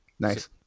nice